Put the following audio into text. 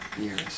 years